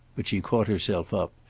but she caught herself up,